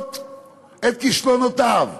לכסות על כישלונותיו.